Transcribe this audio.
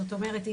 זאת אומרת,